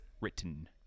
Written